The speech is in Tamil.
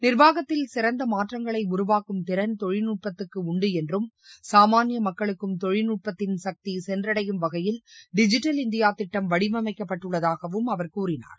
நிர்வாகத்தில் சிறந்த மாற்றங்களை உருவாக்கும் திறன் தொழில்நுட்பத்துக்கு உண்டு என்றும் சாமானிய மக்களுக்கும் தொழில்நட்பத்தின் சக்தி சென்றடையும் வகையில் டிஜிட்டல் இந்தியா திட்டம் வடிவமைக்கப்பட்டுள்ளதாக அவர் கூறினார்